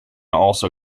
also